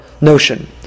notion